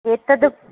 एतद्